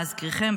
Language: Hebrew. להזכירכם,